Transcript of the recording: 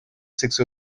сиксе